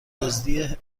دزدی